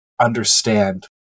understand